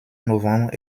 novembre